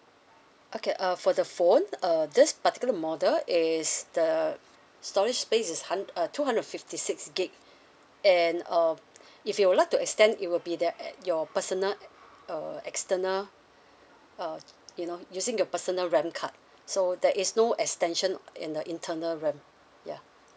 okay uh for the phone uh this particular model is the storage space is hund~ uh two hundred and fifty six gig and um if you would like to extend it will be there at your personal uh external uh you know using your personal RAM card so there is no extension in the internal RAM ya